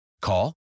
Call